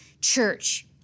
church